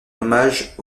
hommage